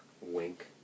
Wink